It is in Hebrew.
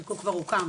חלקו כבר הוקם,